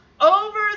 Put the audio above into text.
over